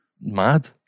mad